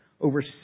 over